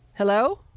Hello